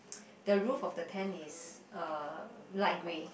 the roof of the tent is uh light grey